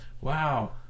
Wow